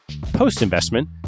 Post-investment